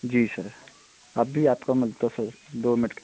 जी sir अभी आपको मिलता है सर दो मिनट का